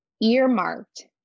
earmarked